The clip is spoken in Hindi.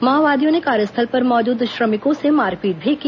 माओवादियों ने कार्यस्थल पर मौजूद श्रमिकों से मारपीट भी की